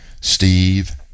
steve